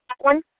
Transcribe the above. one